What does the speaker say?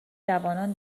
جوانان